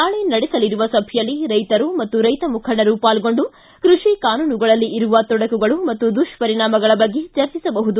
ನಾಳೆ ನಡೆಸಲಿರುವ ಸಭೆಯಲ್ಲಿ ರೈತರು ಮತ್ತು ರೈತ ಮುಖಂಡರು ಪಾಲ್ಗೊಂಡು ಕೃಷಿ ಕಾನೂನುಗಳಲ್ಲಿ ಇರುವ ತೊಡಕುಗಳು ಮತ್ತು ದುಷ್ಟರಿಣಾಮಗಳ ಬಗ್ಗೆ ಚರ್ಚಿಸಬಹುದು